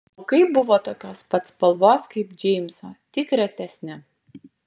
plaukai buvo tokios pat spalvos kaip džeimso tik retesni